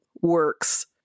works